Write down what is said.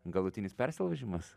galutinis persilaužimas